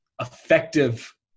effective